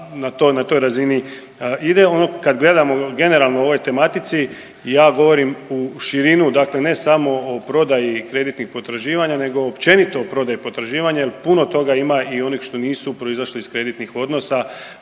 na toj razini ide. Kad gledamo generalno o ovoj tematici ja govorim u širinu dakle ne samo o prodaji kreditnih potraživanja nego općenito o prodaji potraživanja jel puno toga ima i onih što nisu proizašli iz kreditnih odnosa,